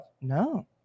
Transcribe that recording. No